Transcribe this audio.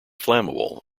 flammable